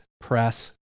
press